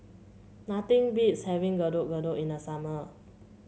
nothing beats having Getuk Getuk in the summer